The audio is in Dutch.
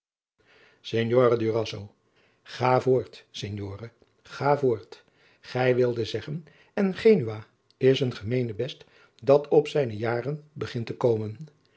durazzo ga voort signore ga voort gij wilde zeggen en genua is een gemeenebest dat op zijne jaren begint te komen